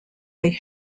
they